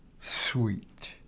sweet